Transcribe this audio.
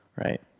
Right